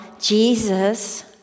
Jesus